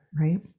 Right